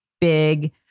big